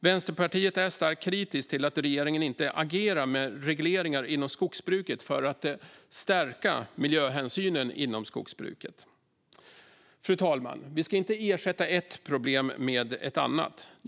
Vänsterpartiet är starkt kritiskt till att regeringen inte agerar med regleringar inom skogsbruket för att stärka miljöhänsynen inom skogsbruket. Fru talman! Vi ska inte ersätta ett problem med ett annat.